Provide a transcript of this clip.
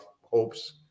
hopes